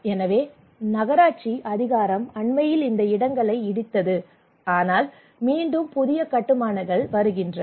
எனவே நகராட்சி அதிகாரம் அண்மையில் இந்த இடங்களை இடித்தது ஆனால் மீண்டும் புதிய கட்டுமானங்கள் வருகின்றன